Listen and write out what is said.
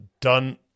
done